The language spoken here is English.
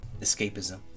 escapism